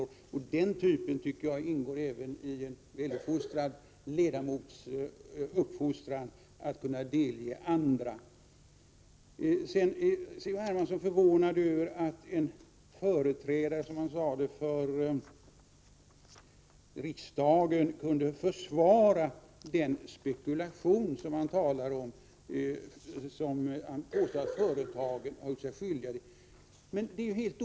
Att delge andra den typen av citat ingår även i en väluppfostrad ledamots beteende. C.-H. Hermansson var förvånad över att en företrädare för riksdagen kunde försvara den spekulation som han påstod att företagen har gjort sig skyldiga till.